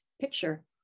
picture